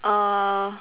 uh